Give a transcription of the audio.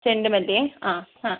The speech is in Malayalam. ചെണ്ടുമല്ലിയേ ആഹ് ആഹ്